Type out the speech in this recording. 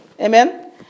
Amen